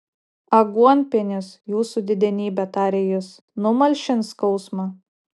aguonpienis jūsų didenybe tarė jis numalšins skausmą